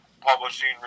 publishing